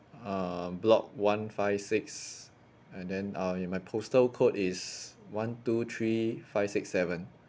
um block one five six and then uh and my postal code is one two three five six seven